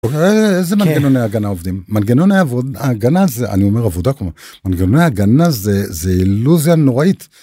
איזה מנגנוני הגנה עובדים? מנגנוני הגנה זה, אני אומר עבודה, מנגנוני הגנה זה זה אילוזיה נוראית.